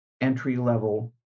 entry-level